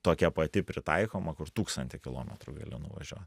tokia pati pritaikoma kur tūkstantį kilometrų gali nuvažiuot